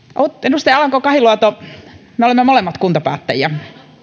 edustaja alanko kahiluoto me olemme molemmat kuntapäättäjiä